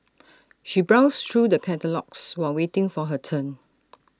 she browsed through the catalogues while waiting for her turn